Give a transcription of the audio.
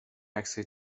عکسهای